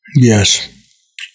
Yes